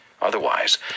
Otherwise